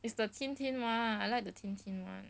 it's the 青青 mah I like the 青青 [one]